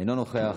אינו נוכח.